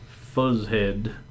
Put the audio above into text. Fuzzhead